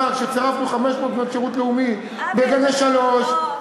כשצירפנו 500 בנות שירות לאומי לגני שלוש,